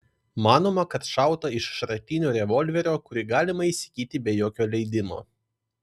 manoma kad šauta iš šratinio revolverio kurį galima įsigyti be jokio leidimo